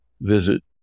visit